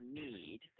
need